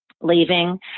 leaving